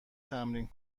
تمرین